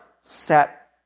set